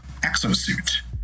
exosuit